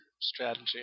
strategy